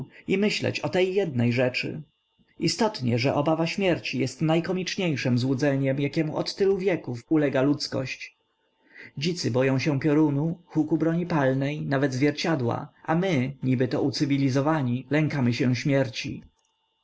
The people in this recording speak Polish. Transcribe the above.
i myśleć o tej jednej rzeczy istotnie że obawa śmierci jest najkomiczniejszem złudzeniem jakiemu od tylu wieków ulega ludzkość dzicy boją się piorunu huku broni palnej nawet zwierciadła a my nibyto ucywilizowani lękamy się śmierci